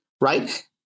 right